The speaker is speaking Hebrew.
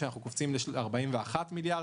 אנחנו קופצים ל-41 מיליארד,